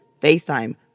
FaceTime